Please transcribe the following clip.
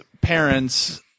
parents